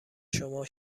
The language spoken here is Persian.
شما